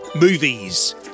movies